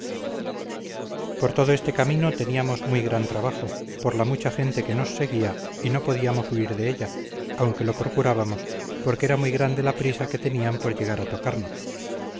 por todo este camino teníamos muy gran trabajo por la mucha gente que nos seguía y no podíamos huir de ella aunque lo procurábamos porque era muy grande la prisa que tenían por llegar a tocarnos